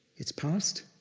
it's passed,